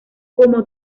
como